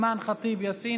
חברת הכנסת אימאן ח'טיב יאסין,